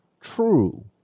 true